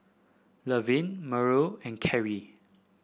Lavelle Mallory and Kerry